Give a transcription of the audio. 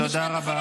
תודה רבה.